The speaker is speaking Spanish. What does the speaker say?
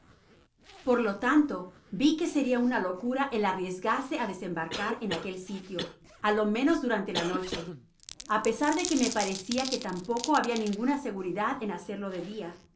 por lo tanto vi que seria una locura el arriesgarse á desembarcar en aquel sitio á lo menos durante la noche á pesar de que me parecia que tampoco habia ninguna seguridad en hacerlo de dia